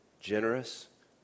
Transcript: generous